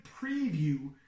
preview